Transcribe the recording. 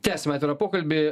tęsiam atvirą pokalbį